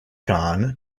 con